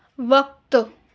وقت